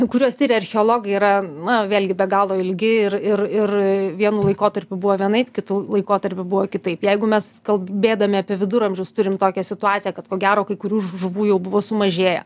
kuriuos tiria archeologai yra na vėlgi be galo ilgi ir ir ir vienu laikotarpiu buvo vienaip kitu laikotarpiu buvo kitaip jeigu mes kalb bėdami apie viduramžius turim tokią situaciją kad ko gero kai kurių žuvų jau buvo sumažėję